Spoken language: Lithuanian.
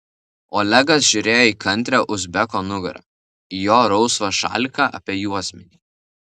olegas žiūrėjo į kantrią uzbeko nugarą į jo rausvą šaliką apie juosmenį